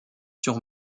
sur